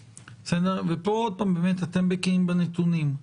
אתם בקיאים בנתונים.